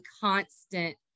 constant